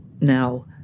Now